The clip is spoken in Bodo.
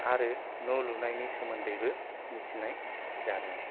आरो न' लुनायनि सोमोन्दैबो मिथिनाय जादों